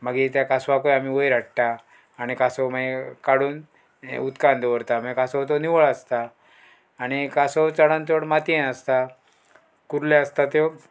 मागीर त्या कासवाक आमी वयर हाडटा आनी कासो मागीर काडून उदकान दवरता मागीर कांसव तो निवळ आसता आणी कांसो चडान चड मातयेन आसता कुरल्यो आसता त्यो